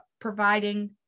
providing